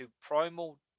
primal